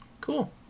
cool